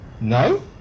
No